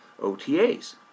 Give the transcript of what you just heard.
OTAs